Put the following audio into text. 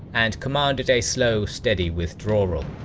and commanded a slow, steady withdrawal.